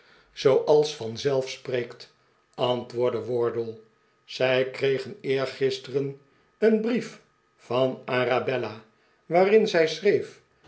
zooals vanzelf spreekt antwoordde wardle zij kregen eergisteren een brief van arabella waarin zij schreef